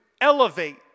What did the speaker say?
elevate